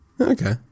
Okay